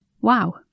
Wow